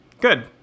Good